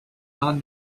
non